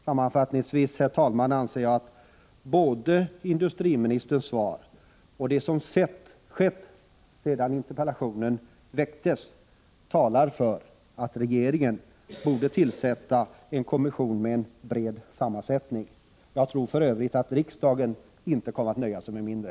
Sammanfattningsvis, herr talman, anser jag att både industriministerns svar och det som skett sedan interpellationen framställdes talar för att regeringen borde tillsätta en kommission med en bred sammansättning. Jag tror för övrigt att riksdagen inte kommer att nöjda sig med mindre.